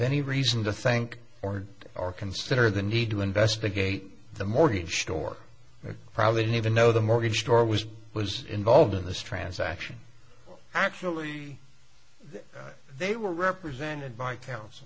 any reason to thank or or consider the need to investigate the mortgage store probably didn't even know the mortgage store was was involved in this transaction actually they were represented by coun